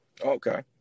Okay